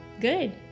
Good